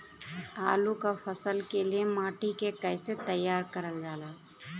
आलू क फसल के लिए माटी के कैसे तैयार करल जाला?